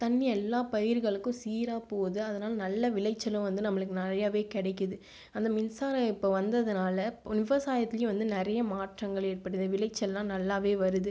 தண்ணி எல்லாம் பயிர்களுக்கும் சீராக போகுது அதனால் நல்ல விளைச்சலும் வந்து நம்பளுக்கு நிறையவே கிடைக்கிது அந்த மின்சாரம் இப்போ வந்ததுனால விவசாயத்துலயும் நிறைய மாற்றங்கள் ஏற்படுது விளைச்சல்லாம் நல்லாவே வருது